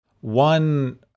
one